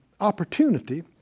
opportunity